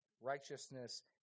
righteousness